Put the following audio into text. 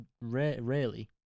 rarely